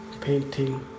painting